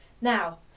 Now